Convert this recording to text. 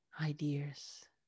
ideas